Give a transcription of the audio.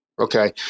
Okay